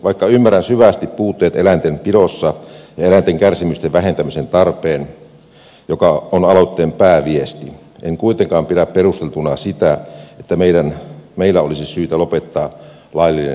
vaikka ymmärrän syvästi puutteet eläinten pidossa ja eläinten kärsimysten vähentämisen tarpeen joka on aloitteen pääviesti en kuitenkaan pidä perusteltuna sitä että meillä olisi syytä lopettaa laillinen elinkeino